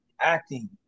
acting